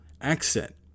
accent